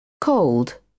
cold